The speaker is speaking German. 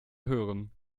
hören